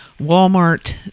walmart